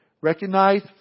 recognize